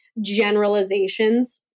generalizations